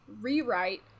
rewrite